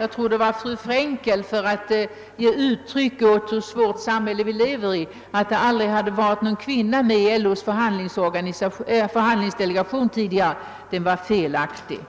jag tror att det var av fru Fraenkel — som ett exempel på hur svårt det samhälle är som vi lever i, nämligen att det aldrig tidigare hade varit någon kvinna med i LO:s förhandlingsdelegation var fel aktig.